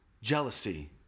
Jealousy